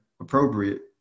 appropriate